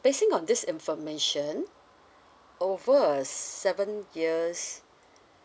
passing on this information over a seven years